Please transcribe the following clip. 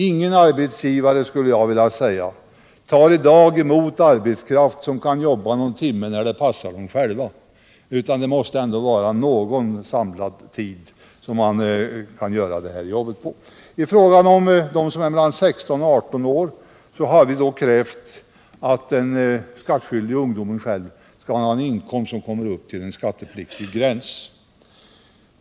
Ingen arbetsgivare tar i dag emot ungdomar som bara kan jobba någon timme när det passar dem själva. Det måste i alla fall vara fråga om någon samlad tid. När det gäller ungdomar mellan 16 och 18 år har vi krävt att ungdomarna skall ha en inkomst som uppgår till skattepliktigt belopp.